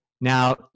now